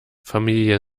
familie